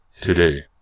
today